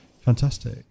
Fantastic